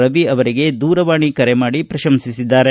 ರವಿ ಅವರಿಗೆ ದೂರವಾಣಿ ಕರೆ ಮಾಡಿ ಪ್ರಶಂಸಿದ್ದಾರೆ